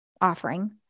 offering